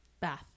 Bath